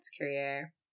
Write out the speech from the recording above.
career